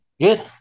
Good